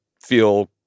feel